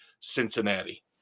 Cincinnati